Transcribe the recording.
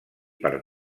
per